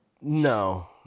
No